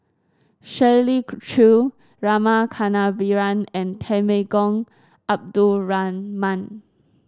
Shirley Chew Rama Kannabiran and Temenggong Abdul Rahman